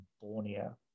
Borneo